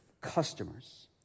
customers